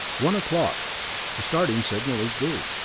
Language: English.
one o'clock. the starting signal is due.